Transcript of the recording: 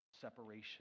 separation